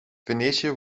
venetië